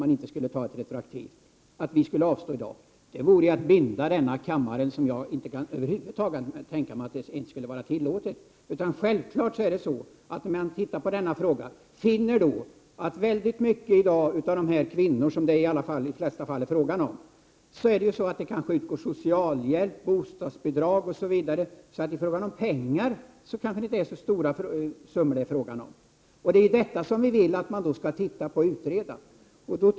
Men att det skulle innebära att vi i dag måste se saken precis likadant, vore att binda kammaren på ett sätt som jag över huvud taget inte kan tänka mig vara tillåtet. Väldigt många av de kvinnor som det i de flesta fall är fråga om kanske uppbär socialhjälp, bostadsbidrag osv., så i fråga om pengar kanske det inte är så stora summor. Det är detta vi vill att man skall utreda.